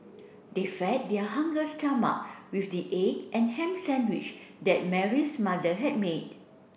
they fed their hunger stomach with the egg and ham sandwich that Mary's mother had made